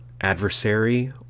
adversary